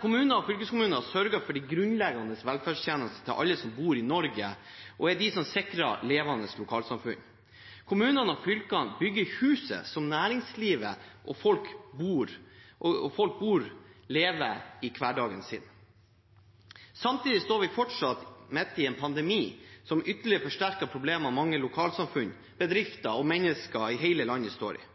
Kommuner og fylkeskommuner sørger for de grunnleggende velferdstjenestene til alle som bor i Norge, og er de som sikrer levende lokalsamfunn. Kommunene og fylkene bygger huset der næringslivet er, og der folk bor og lever hverdagen sin. Samtidig står vi fortsatt midt i en pandemi, som ytterligere forsterker problemer mange lokalsamfunn, bedrifter og mennesker i hele landet står i.